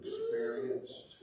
experienced